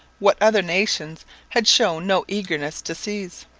what other nations had shown no eagerness to seize.